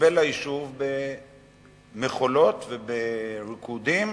קיבל היישוב במחולות ובריקודים,